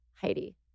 Heidi